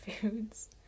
foods